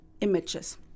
images